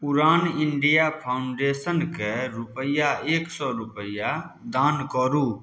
उड़ान इण्डिया के रूपैआ एक सए रूपैआ दान करू